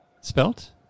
Spelt